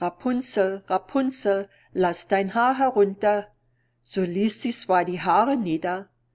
rapunzel rapunzel laß dein haar herunter so ließ sie zwar die haare nieder